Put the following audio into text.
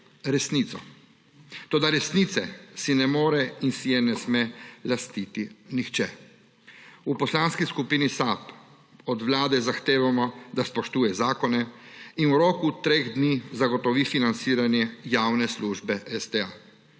resnico. Toda resnice si ne more in si je ne sme lastiti nihče. V Poslanski skupini SAB od Vlade zahtevamo, da spoštuje zakone in v roku treh dni zagotovi financiranje javne službe STA.